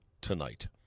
tonight